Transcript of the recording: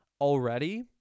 already